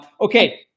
Okay